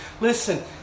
listen